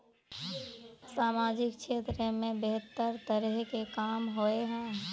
सामाजिक क्षेत्र में बेहतर तरह के काम होय है?